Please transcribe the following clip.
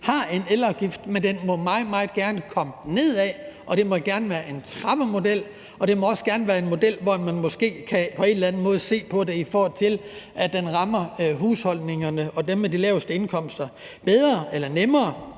har en elafgift, men den må meget, meget gerne komme nedad. Det må gerne være en trappemodel, og det må også gerne være en model, hvor man måske på en eller anden måde kan se på det, i forhold til at den rammer husholdningerne og dem med de laveste indkomster bedre. Jeg ved